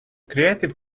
creative